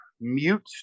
mute